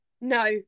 no